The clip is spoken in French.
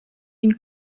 une